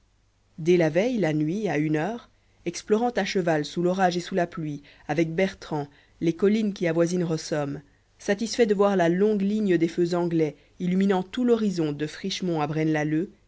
dès la veille la nuit à une heure explorant à cheval sous l'orage et sous la pluie avec bertrand les collines qui avoisinent rossomme satisfait de voir la longue ligne des feux anglais illuminant tout l'horizon de frischemont à